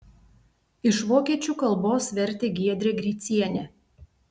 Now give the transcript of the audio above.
iš vokiečių kalbos vertė giedrė gricienė